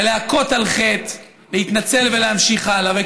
להכות על חטא, להתנצל ולהמשיך הלאה.